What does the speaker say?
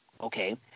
Okay